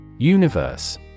Universe